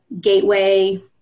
gateway